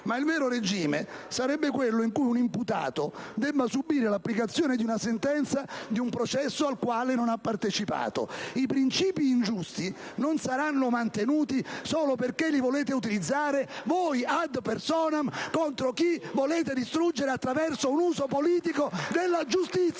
ma il vero regime sarebbe quello in cui un imputato debba subire l'applicazione di una sentenza di un processo al quale non ha partecipato. I principi ingiusti non saranno mantenuti solo perché li volete utilizzare voi *ad personam* contro chi volete distruggere attraverso un uso politico della giustizia.